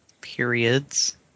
periods